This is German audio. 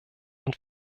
und